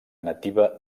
nativa